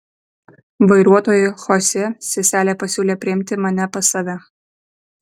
vairuotojui chosė seselė pasiūlė priimti mane pas save